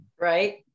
Right